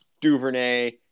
Duvernay